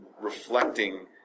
reflecting